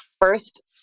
first